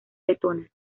letona